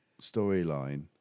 storyline